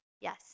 Yes